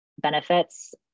benefits